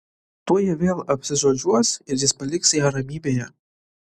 tuoj jie vėl apsižodžiuos ir jis paliks ją ramybėje